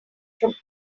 from